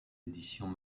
éditions